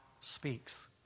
speaks